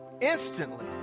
instantly